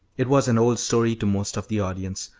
it was an old story to most of the audience,